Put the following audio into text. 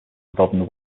involving